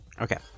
Okay